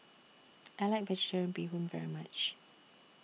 I like Vegetarian Bee Hoon very much